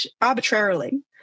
arbitrarily